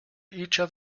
each